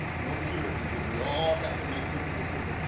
no purity here. we all have to make different decisions.